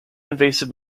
invasive